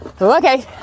Okay